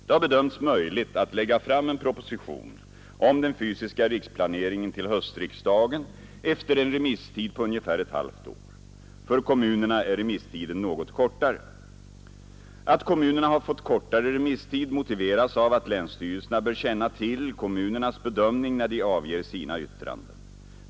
Det har bedömts möjligt att lägga fram en proposition om den fysiska riksplaneringen till höstriksdagen efter en remisstid på ungefär ett halvt år. För kommunerna är remisstiden något kortare. Att kommunerna har fått kortare remisstid motiveras av att länsstyrelserna bör känna till kommunernas bedömning när de avger sina yttranden.